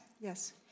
Yes